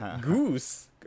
goose